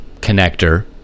connector